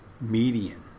median